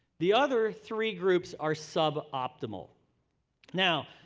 the other three groups are suboptimal. now,